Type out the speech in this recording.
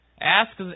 Ask